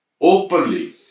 Openly